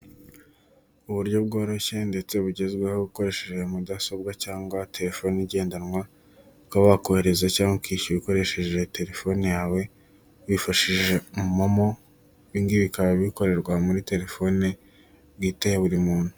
Uburyo bworoshye ndetse bugezweho ukoresheje iyo mudasobwa cyangwa telefone igendanwa uka wakohereza cyangwa ukishyura ukoresheje telefone yawe wifashishije momo. Ibingibi bikaba bikorerwa muri telefone bwite ya buri muntu.